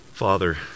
Father